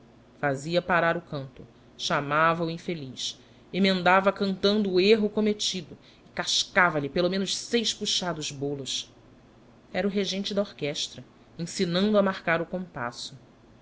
fazia parar o canto chamava o infeliz emendava cantando o erro commettido e cascava lhe pelo menos seis puxados bolos era o regente da orchestra ensinando a marcar o compasso